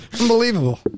Unbelievable